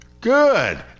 Good